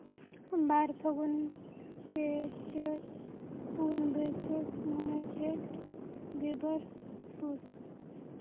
ᱵᱟᱨ ᱯᱷᱟᱹᱜᱩᱱ ᱯᱮ ᱪᱟᱹᱛ ᱯᱩᱱ ᱵᱟᱹᱭᱥᱟᱹᱠᱷ ᱢᱚᱬᱮ ᱡᱷᱮᱸᱴ ᱜᱮᱞᱵᱟᱨ ᱯᱩᱥ